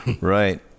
Right